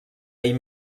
ell